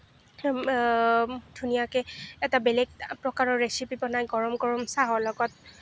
ধুনীয়াকৈ এটা বেলেগ প্ৰকাৰৰ ৰেচিপি বনাই গৰম গৰম চাহৰ লগত